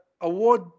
award